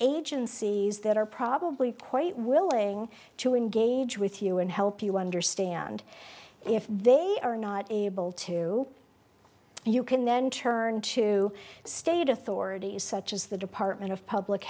agencies that are probably quite willing to engage with you and help you understand if they are not able to and you can then turn to state authorities such as the department of public